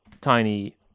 tiny